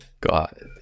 god